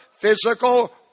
physical